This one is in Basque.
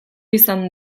izan